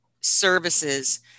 services